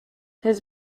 his